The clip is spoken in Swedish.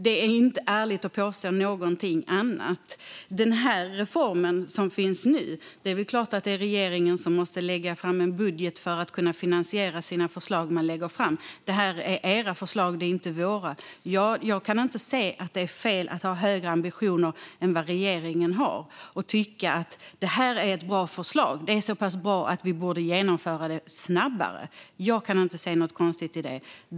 Det är inte ärligt att påstå något annat. När det gäller den reform som finns nu är det klart att det är regeringen som måste lägga fram en budget för att kunna finansiera sina förslag. Detta är era förslag. Det är inte våra. Jag kan inte se att det är fel att ha högre ambitioner än vad regeringen har och att tycka att detta är ett bra förslag. Det är så pass bra att vi borde genomföra det snabbare. Jag kan inte se något konstigt i det.